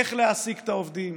איך להעסיק את העובדים,